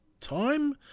time